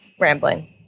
rambling